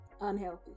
unhealthy